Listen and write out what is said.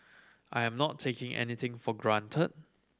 I am not taking anything for granted